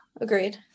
agreed